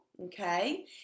okay